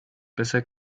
besser